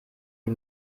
die